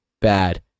bad